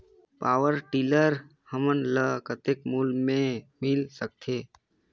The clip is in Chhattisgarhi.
पावरटीलर हमन ल कतेक मूल्य मे मिल सकथे?